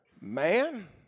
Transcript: man